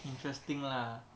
interesting lah